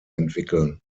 entwickeln